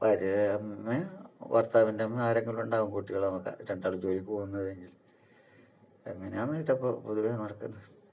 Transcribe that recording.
ഭാര്യയുടെ അമ്മയോ ഭർത്താവിൻ്റമ്മയോ ആരെങ്കിലും ഉണ്ടാകും കുട്ടികളെ നോക്കാൻ രണ്ടാളും ജോലിക്കു പോകുന്നവരെങ്കിൽ എങ്ങനെയാന്ന് കേട്ടപ്പോൾ പൊതുവേ നടക്കുന്നത്